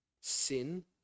sin